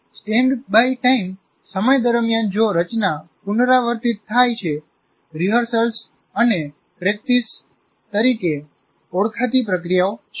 standby સમય દરમિયાન જો રચના પુનરાવર્તિત થાય છે રિહર્સલ અને પ્રેક્ટિસ તરીકે ઓળખાતી પ્રક્રિયાઓ છે